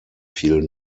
viel